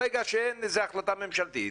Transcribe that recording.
ברגע שאין החלטה ממשלתית,